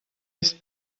ist